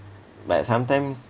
but sometimes